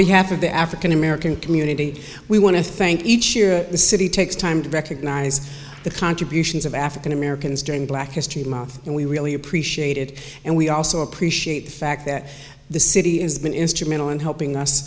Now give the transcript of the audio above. behalf of the african american community we want to thank each year the city takes time to recognize the contributions of african americans during black history month and we really appreciate it and we also appreciate the fact that the city is been instrumental in helping us